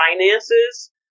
finances